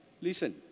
listen